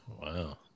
wow